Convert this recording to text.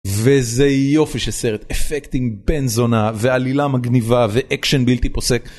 וזה יופי של סרט, אפקטים בנזונה, ועלילה מגניבה, ואקשן בלתי פוסק.